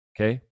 Okay